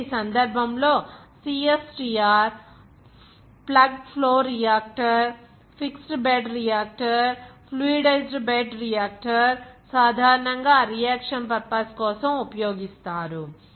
మరియు ఈ సందర్భంలో CSTR plug flow reactor fixed bed reactor fluidised bed reactor సాధారణంగా ఆ రియాక్షన్ పర్పస్ కోసం ఉపయోగిస్తారు